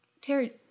terry